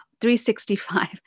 365